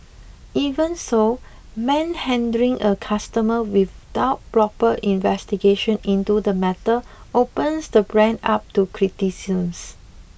even so manhandling a customer without proper investigation into the matter opens the brand up to criticisms